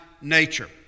nature